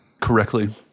Correctly